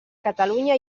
catalunya